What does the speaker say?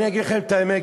אני אגיד לכם את האמת,